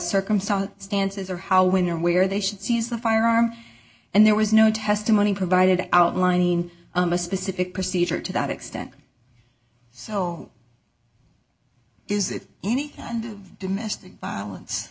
circumstance stances or how when or where they should seize the firearm and there was no testimony provided outlining a specific procedure to that extent so is it any kind of domestic violence